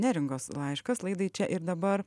neringos laiškas laidai čia ir dabar